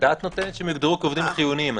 הדעת נותנת שהם יוגדרו כעובדים חיוניים.